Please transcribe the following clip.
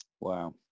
Wow